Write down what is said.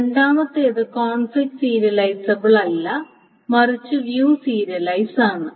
രണ്ടാമത്തേത് conflict serializable അല്ല മറിച്ച് വ്യൂ സീരിയലൈസ് അണ്